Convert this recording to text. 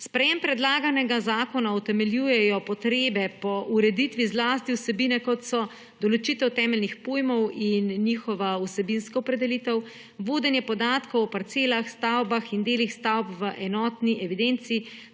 Sprejetje predlaganega zakona utemeljujejo potrebe po ureditvi zlasti vsebine, kot so določitev temeljnih pojmov in njihova vsebinska opredelitev, vodenje podatkov o parcelah, stavbah in delih stavb v enotni evidenci,